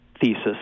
thesis